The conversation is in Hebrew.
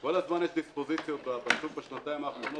כל הזמן יש דיספוזיציות בשוק בשנתיים האחרונות.